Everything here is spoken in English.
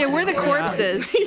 and we're the corpses.